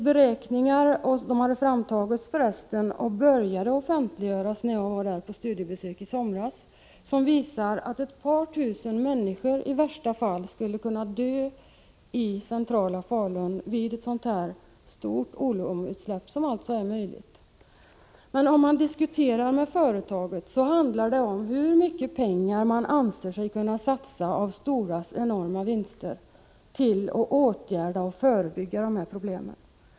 Beräkningar som hade framtagits och började offentliggöras när jag var där på studiebesök i somras visar att ett par tusen människor i värsta fall skulle kunna dö i centrala Falun vid ett stort oleumutsläpp, som alltså är möjligt. Men om man diskuterar med företaget handlar det om hur mycket pengar man anser sig kunna satsa av Storas enorma vinster till att åtgärda och förebygga dessa problem.